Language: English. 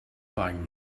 buying